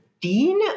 dean